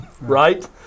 right